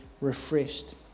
refreshed